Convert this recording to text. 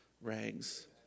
rags